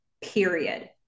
period